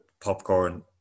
popcorn